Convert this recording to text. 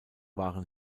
waren